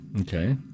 Okay